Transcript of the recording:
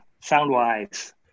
sound-wise